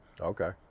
Okay